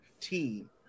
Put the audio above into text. team